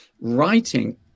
writing